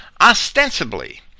ostensibly